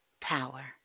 power